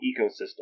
ecosystem